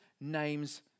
name's